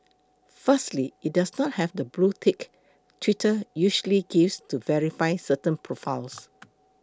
firstly it does not have the blue tick Twitter usually gives to verify certain profiles